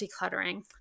decluttering